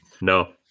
No